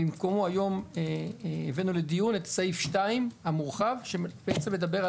במקומו היום הבאנו לדיון את סעיף 2 המורחב שבעצם מדבר על